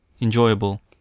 enjoyable